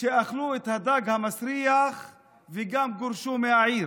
שאכלו את הדג המסריח וגם גורשו מהעיר,